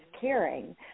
caring